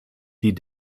die